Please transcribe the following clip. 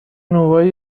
نونوایی